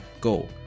go